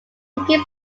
taken